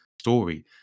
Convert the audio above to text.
story